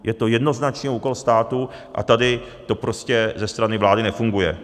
Je to jednoznačně úkol státu a tady to prostě ze strany vlády nefunguje.